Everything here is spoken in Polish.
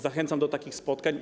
Zachęcam do takich spotkań.